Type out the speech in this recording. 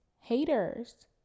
haters